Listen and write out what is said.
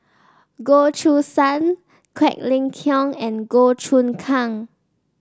Goh Choo San Quek Ling Kiong and Goh Choon Kang